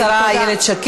תודה רבה לשרה איילת שקד.